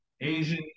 Asian